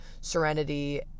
serenity